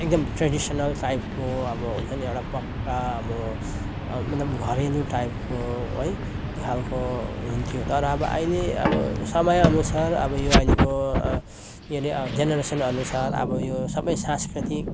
एकदम ट्रेडिसनल टाइपको अब हुन्छ नि एउटा पक्का अब मतलब घरेलु टाइपको है त्यो खालको हुन्थ्यो तर अब अहिले अब समयअनुसार अब यो अहिलेको के अरे जेनेरसनअनुसार अब यो सबै सांस्कृतिक